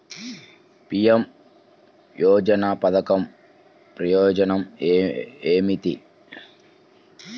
PM యోజన పధకం ప్రయోజనం ఏమితి?